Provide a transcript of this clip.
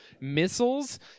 missiles